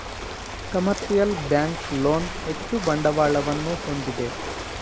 commercial bank loan ಹೆಚ್ಚು ಬಂಡವಾಳವನ್ನು ಹೊಂದಿದೆ